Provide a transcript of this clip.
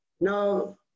Now